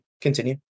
Continue